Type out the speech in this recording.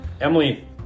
Emily